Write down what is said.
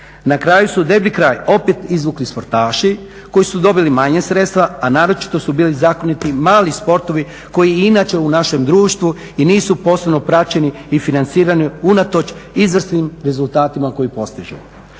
Na kraju su deblji kraj opet izvukli sportaši koji su dobili manje sredstava a naročito su bili zakinuti mali sportovi koji i inače u našem društvu i nisu posebno praćeni i financirani unatoč izvrsnim rezultatima koje postižu.